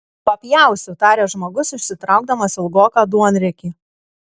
papjausiu tarė žmogus išsitraukdamas ilgoką duonriekį